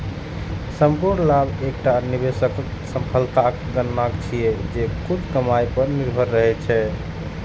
संपूर्ण लाभ एकटा निवेशक सफलताक गणना छियै, जे कुल कमाइ पर निर्भर रहै छै